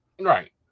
Right